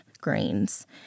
grains